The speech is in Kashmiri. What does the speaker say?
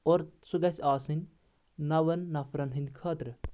اور سُہ گژھِ آسٕنۍ نون نفرن ہٕنٛدۍ خٲطرٕ